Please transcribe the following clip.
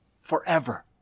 forever